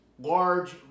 large